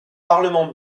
parlement